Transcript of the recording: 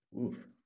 oof